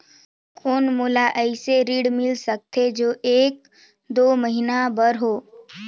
कौन मोला अइसे ऋण मिल सकथे जो एक दो महीना बर हो?